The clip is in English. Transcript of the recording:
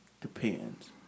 Depends